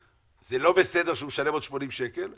זה לא בסדר שהוא ישלם עוד 80 שקל,